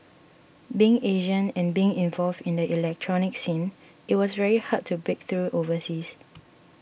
being Asian and being involved in the electronic scene it was very hard to break through overseas